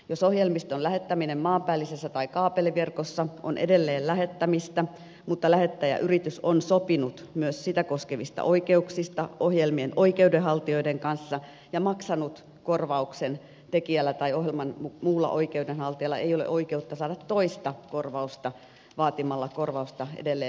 jos ohjelmiston lähettäminen maanpäällisessä tai kaapeliverkossa on edelleen lähettämistä mutta lähettäjäyritys on sopinut myös sitä koskevista oikeuksista ohjelmien oikeudenhaltijoiden kanssa ja maksanut korvauksen tekijällä tai ohjelman muulla oikeudenhaltijalla ei ole oikeutta saada toista korvausta vaatimalla korvausta edelleen lähettäjältä